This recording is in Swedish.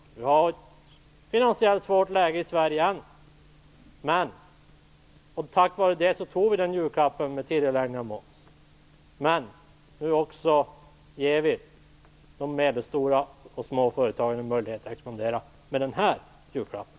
Vi har fortfarande ett finansiellt svårt läge i Sverige. På grund av det fattade vi beslut om julklappen om tidigareläggning av momsinbetalningarna. Men nu ger vi också de små och medelstora företagen en möjlighet att expandera med den här julklappen.